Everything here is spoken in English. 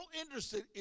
interested